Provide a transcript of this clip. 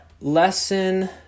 Lesson